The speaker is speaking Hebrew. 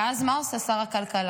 ואז מה עושה שר הכלכלה,